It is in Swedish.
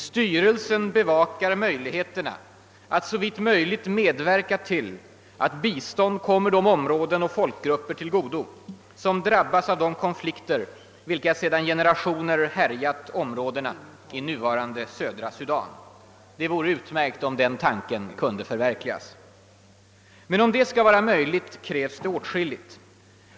»Styrelsen bevakar möjligheterna att såvitt möjligt medverka till att bistånd kommer de områden och folkgrupper till godo, som drabbas av de konflikter vilka sedan generationer härjat områdena i nuvarande södra Sudan.» Det vore utmärkt om den tanken kunde förverkligas. Men om det skall vara möjligt krävs åtskilligt.